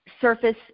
surface